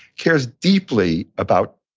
cares deeply about,